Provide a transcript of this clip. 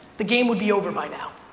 the game would be over by now.